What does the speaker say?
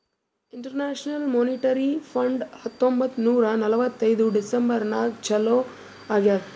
international monetary fund ಹತ್ತೊಂಬತ್ತ್ ನೂರಾ ನಲ್ವತ್ತೈದು ಡಿಸೆಂಬರ್ ನಾಗ್ ಚಾಲೂ ಆಗ್ಯಾದ್